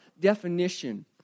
definition